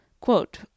quote